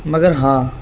مگر ہاں